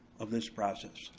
of this process.